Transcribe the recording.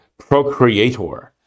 procreator